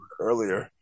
earlier